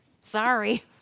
Sorry